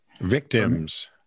Victims